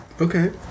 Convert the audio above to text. Okay